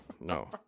No